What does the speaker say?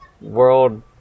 world